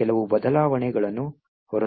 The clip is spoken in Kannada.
ಕೆಲವು ಬದಲಾವಣೆಗಳನ್ನು ಹೊರತುಪಡಿಸಿ